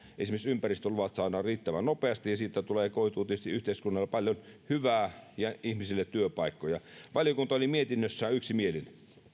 esimerkiksi ympäristöluvat saadaan riittävän nopeasti siitä koituu tietysti yhteiskunnalle paljon hyvää ja ihmisille työpaikkoja valiokunta oli mietinnössään yksimielinen